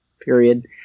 period